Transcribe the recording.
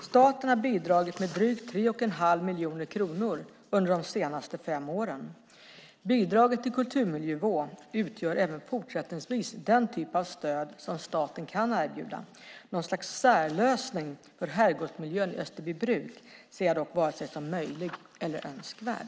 Staten har bidragit med drygt 3,5 miljoner kronor under de senaste fem åren. Bidraget till kulturmiljövård utgör även fortsättningsvis den typ av stöd som staten kan erbjuda. Något slags särlösning för herrgårdsmiljön i Österbybruk ser jag dock varken som möjlig eller önskvärd.